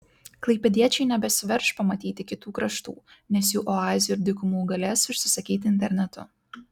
klaipėdiečiai nebesiverš pamatyti kitų kraštų nes jų oazių ir dykumų galės užsisakyti internetu